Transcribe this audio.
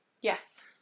Yes